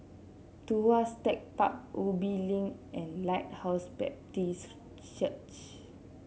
Tuas Tech Park Ubi Link and Lighthouse Baptist Church